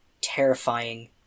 terrifying